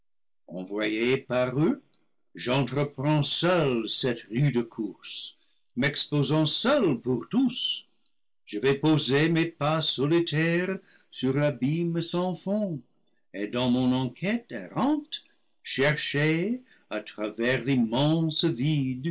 envoyé par eux j'entreprends seul cette rude course m'ex le paradis perdu posant seul pour tous je vais poser mes pas solitaires sur l'abîme sans fond et dans mon enquête errante chercher à travers l'immense